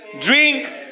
drink